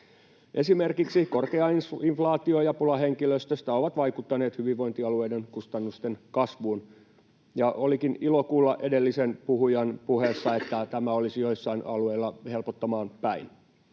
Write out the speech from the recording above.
Esimerkiksi korkea inflaatio ja pula henkilöstöstä ovat vaikuttaneet hyvinvointialueiden kustannusten kasvuun. Olikin ilo kuulla edellisen puhujan puheessa, että tämä olisi joissain alueilla helpottamaan päin.